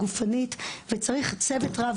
תודה.